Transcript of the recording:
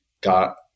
got